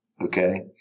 Okay